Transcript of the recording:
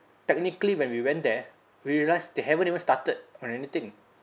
technically when we went there we realise they haven't even started on anything